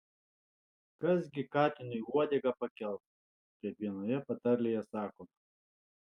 kas gi katinui uodegą pakels kaip vienoje patarlėje sakoma